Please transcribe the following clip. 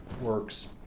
works